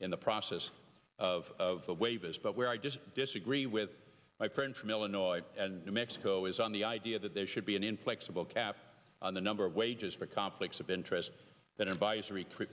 in the process of the waves but where i just disagree with my friend from illinois and new mexico is on the idea that there should be an inflexible cap on the number of wages for conflicts of interest that are biased recruit